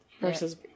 versus